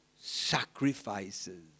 sacrifices